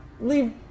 Leave